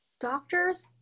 doctors